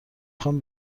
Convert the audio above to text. خوام